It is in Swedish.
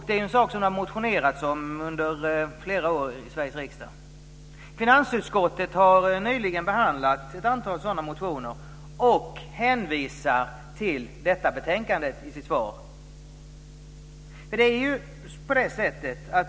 Det är en sak som det motioneras om under flera år i Finansutskottet har nyligen behandlat ett antal sådana motioner och hänvisar i sitt svar till detta betänkande.